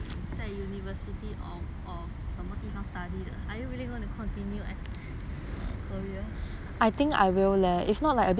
什么地方 study 的 are you really going to continue as a career